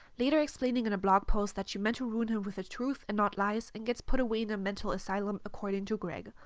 later explaining in a blog post that she meant to ruin him with the truth and not lies, and gets put away in a mental asylum, according to greg.